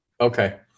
Okay